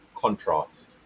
contrast